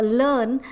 learn